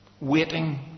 Waiting